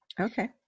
Okay